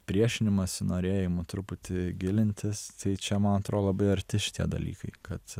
priešinimusi norėjimu truputį gilintis tai čia man atrodo labai arti šitie dalykai kad